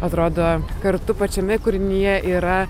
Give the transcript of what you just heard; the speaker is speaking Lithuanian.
atrodo kartu pačiame kūrinyje yra